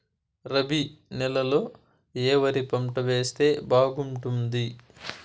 రబి నెలలో ఏ వరి పంట వేస్తే బాగుంటుంది